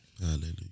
Hallelujah